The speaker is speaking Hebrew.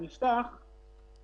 עד 6